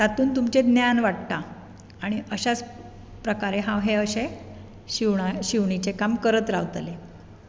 तातूंत तुमचें ज्ञान वाडटा आनी अश्याच प्रकारा हांव हे अशे शिवणा शिवणीचें काम करत रावतलें